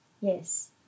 Yes